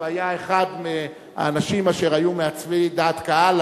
והיה אחד מהאנשים אשר היו מעצבי דעת קהל,